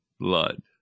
blood